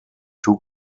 two